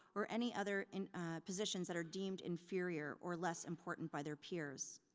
or any other and positions that are deemed inferior or less important by their peers.